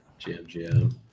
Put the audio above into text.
GMGM